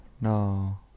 no